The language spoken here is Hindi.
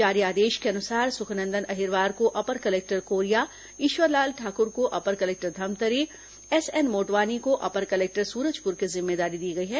जारी आदेश के अनुसार सुखनंदन अहिरवार को अपर कलेक्टर कोरिया ईश्वर लाल ठाकुर को अपर कलेक्टर धमतरी एसएन मोटवानी को अपर कलेक्टर सूरजपुर की जिम्मेदारी दी गई है